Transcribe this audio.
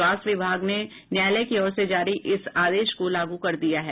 स्वास्थ्य विभाग ने न्यायालय की ओर से जारी इस आदेश को लागू कर दिया है